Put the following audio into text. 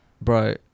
bro